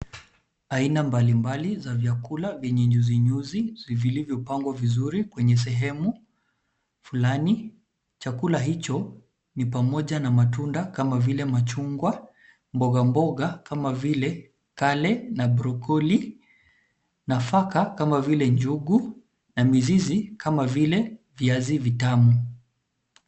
Aina mbalimbali za vyakula vyenye nyuzi nyuzi vilivyopangwaa vizuri kwenye sehemu fulani. Chakula hicho ni pamoja na matunda kama vile machungwa, mboga mboga kama vile kale na broccoli , nafaka kama vile njugu na mizizi kama vile viazi vitamu.